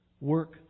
work